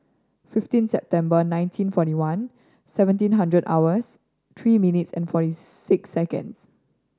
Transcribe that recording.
fifteen September nineteen forty one seventeen hundred hours three minutes and forty six seconds